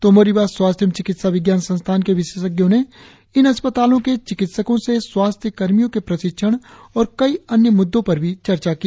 तोमो रिवा स्वास्थ्य एवं चिकित्सा विज्ञान संस्थान के विशेषज्ञों ने इन अस्तपालों के चिकित्सकों से स्वास्थ्य कर्मियों के प्रशिक्षण और कई अन्य मुद्दों पर भी चर्चा की